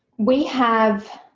we have